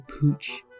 Pooch